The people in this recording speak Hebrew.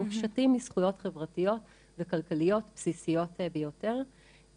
מופשטים מזכויות חברתיות וכלכליות בסיסיות ביותר,